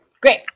Great